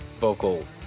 vocal